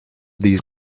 these